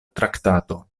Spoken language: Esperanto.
traktato